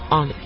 on